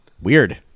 Weird